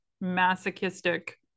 masochistic